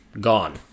gone